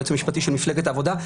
היועץ המשפטי של מפלגת העבודה.